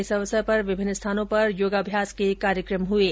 इस अवसर पर विभिन्न स्थानों पर योग अभ्यास के कार्यक्रम किये गये